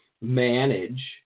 manage